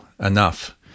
enough